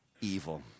evil